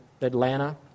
Atlanta